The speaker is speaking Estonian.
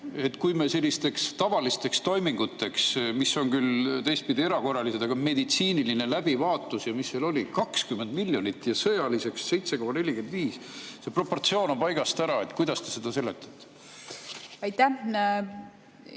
eraldame sellisteks tavalisteks toiminguteks, mis on küll teistpidi erakorralised, aga meditsiiniline läbivaatus ja mis seal oli, 20 miljonit ja sõjaliseks [otstarbeks] 7,45 [miljonit] – see proportsioon on paigast ära. Kuidas te seda seletate? Aitäh,